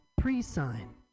pre-sign